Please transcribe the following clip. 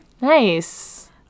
nice